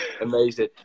Amazing